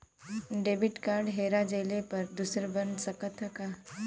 Debit card हेरा जइले पर दूसर बन सकत ह का?